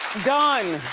done.